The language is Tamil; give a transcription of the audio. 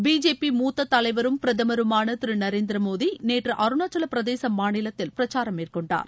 பிஜேபி மூத்த தலைவரும் பிரதமருமான திரு நரேந்திர மோடி நேற்று அருணாச்சல பிரதேச மாநிலத்தில் பிரச்சாரம் மேற்கொண்டார்